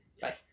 Bye